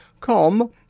come